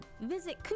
Visit